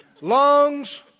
lungs